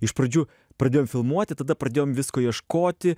iš pradžių pradėjom filmuoti tada pradėjom visko ieškoti